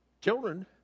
children